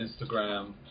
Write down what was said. Instagram